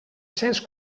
cents